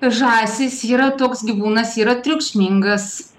žąsys yra toks gyvūnas yra triukšmingas